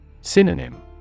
Synonym